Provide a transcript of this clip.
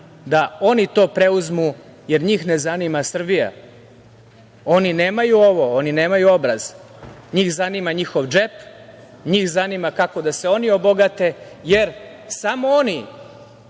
oni preuzmu, jer njih ne zanima Srbija. Oni nemaju obraz, njih zanima njihov džep, njih zanima kako da se oni obogate, jer samo oni